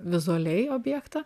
vizualiai objektą